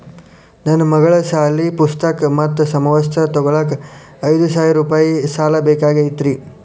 ನನ್ನ ಮಗಳ ಸಾಲಿ ಪುಸ್ತಕ್ ಮತ್ತ ಸಮವಸ್ತ್ರ ತೊಗೋಳಾಕ್ ಐದು ಸಾವಿರ ರೂಪಾಯಿ ಸಾಲ ಬೇಕಾಗೈತ್ರಿ